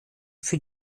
für